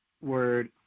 word